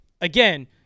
Again